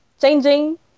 changing